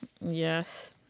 Yes